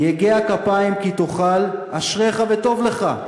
יגיע כפיים כי תאכל, אשריך וטוב לך.